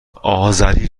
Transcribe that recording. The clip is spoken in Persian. آذری